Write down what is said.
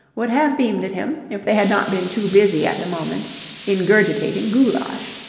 would have beamed at him if they had not been too busy at the moment ingurgitating goulash.